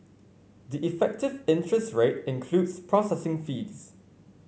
the effective interest rate includes processing fees